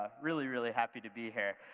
ah really, really happy to be here.